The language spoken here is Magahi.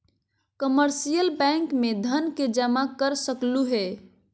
कमर्शियल बैंक में धन के जमा कर सकलु हें